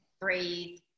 breathe